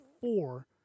four